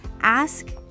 Ask